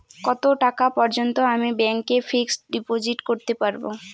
কত টাকা পর্যন্ত আমি ব্যাংক এ ফিক্সড ডিপোজিট করতে পারবো?